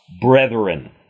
brethren